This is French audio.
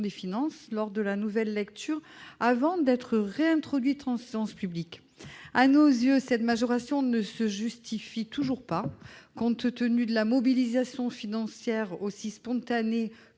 des finances lors de la nouvelle lecture, avant d'être réintroduite en séance publique. À nos yeux, cette majoration ne se justifie toujours pas, compte tenu de la mobilisation financière aussi spontanée